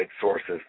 sources